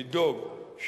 לדאוג,